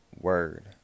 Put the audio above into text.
word